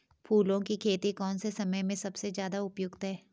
फूलों की खेती कौन से समय में सबसे ज़्यादा उपयुक्त है?